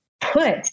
put